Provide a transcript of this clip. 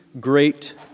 great